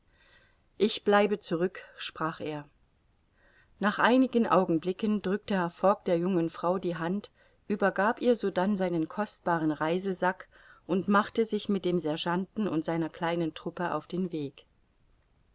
ich bleibe zurück sprach er nach einigen augenblicken drückte herr fogg der jungen frau die hand übergab ihr sodann seinen kostbaren reisesack und machte sich mit dem sergeanten und seiner kleinen truppe auf den weg